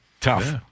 tough